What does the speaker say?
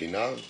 כי לעתים